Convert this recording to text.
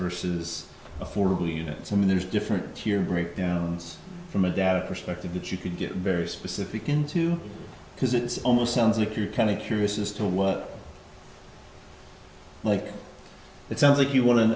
versus affordable units and there's different here breakdowns from a data perspective that you can get very specific into because it's almost sounds like you're kind of curious as to what like it sounds like you want to